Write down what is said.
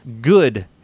good